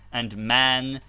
and man,